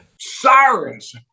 sirens